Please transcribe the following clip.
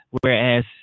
whereas